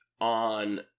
on